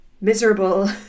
miserable